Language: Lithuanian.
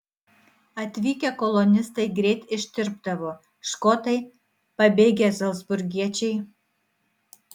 atvykę kolonistai greit ištirpdavo škotai pabėgę zalcburgiečiai